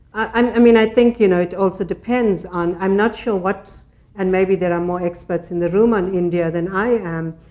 um i mean, i think, you know, it also depends on i'm not sure what's and maybe there are more experts in the room on india than i am.